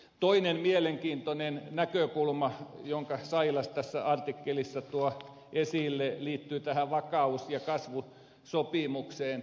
toinen mielenkiintoinen näkökulma jonka sailas tässä artikkelissa tuo esille liittyy vakaus ja kasvusopimukseen